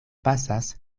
pasas